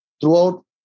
throughout